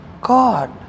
God